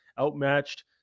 Outmatched